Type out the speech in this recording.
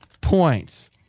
points